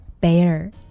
bear